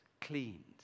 cleaned